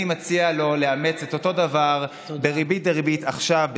אני מציע לו לאמץ את אותו דבר בריבית דריבית עכשיו,